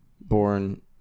born